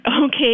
Okay